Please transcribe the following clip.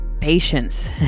patience